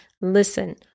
Listen